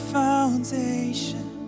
foundation